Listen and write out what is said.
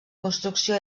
construcció